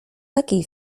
takiej